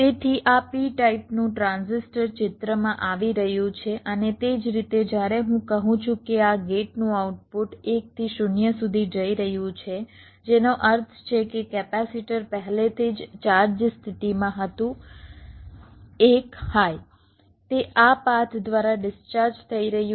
તેથી આ p ટાઇપનું ટ્રાન્ઝિસ્ટર ચિત્રમાં આવી રહ્યું છે અને તે જ રીતે જ્યારે હું કહું છું કે આ ગેટનું આઉટપુટ 1 થી 0 સુધી જઈ રહ્યું છે જેનો અર્થ છે કે કેપેસિટર પહેલેથી જ ચાર્જ સ્થિતિમાં હતું 1 હાઇ તે આ પાથ દ્વારા ડિસ્ચાર્જ થઈ રહ્યું છે